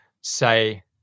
say